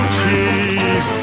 cheese